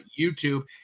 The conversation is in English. YouTube